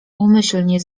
umyślnie